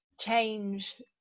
change